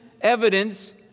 evidence